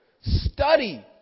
Study